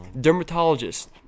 Dermatologist